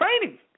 training